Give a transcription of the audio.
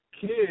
kids